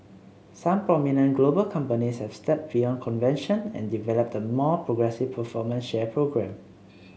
some prominent global companies have stepped beyond convention and developed the more progressive performance share programme